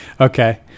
Okay